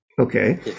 Okay